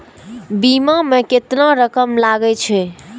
बीमा में केतना रकम लगे छै?